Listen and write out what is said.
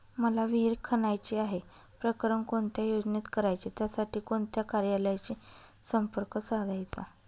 मला विहिर खणायची आहे, प्रकरण कोणत्या योजनेत करायचे त्यासाठी कोणत्या कार्यालयाशी संपर्क साधायचा?